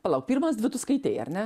palauk pirmas dvi tu skaitei ar ne